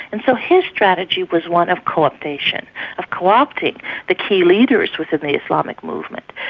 and so his strategy was one of co-optation of co-opting the key leaders within the islamic movement,